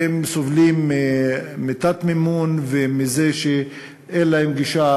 והם סובלים מתת-מימון ומזה שאין להם גישה